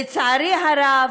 לצערי הרב,